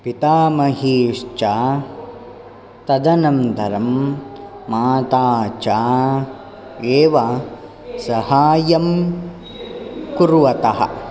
पितामहीश्च तदनन्तरं माता च एव साहाय्यं कुर्वतः